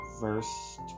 verse